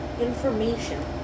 information